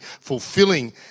fulfilling